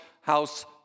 House